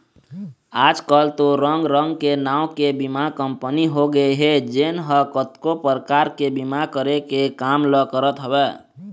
आजकल तो रंग रंग के नांव के बीमा कंपनी होगे हे जेन ह कतको परकार के बीमा करे के काम ल करत हवय